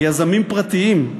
מיזמים פרטיים,